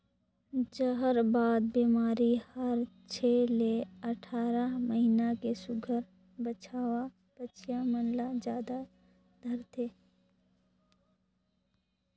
जहरबाद बेमारी हर छै ले अठारह महीना के सुग्घर बछवा बछिया मन ल जादा धरथे